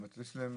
זאת אומרת, יש להם